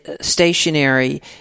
stationary